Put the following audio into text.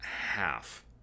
half